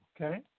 Okay